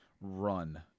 run